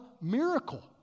miracle